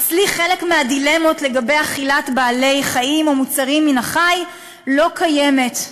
אצלי חלק מהדילמות לגבי אכילת בעלי-חיים או מוצרים מן החי לא קיימת.